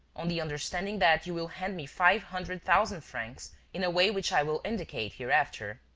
on the understanding that you will hand me five hundred thousand francs in a way which i will indicate hereafter.